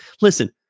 listen